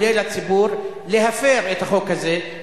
פונה לציבור להפר את החוק הזה,